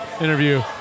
interview